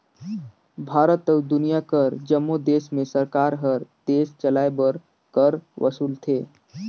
भारत अउ दुनियां कर जम्मो देस में सरकार हर देस चलाए बर कर वसूलथे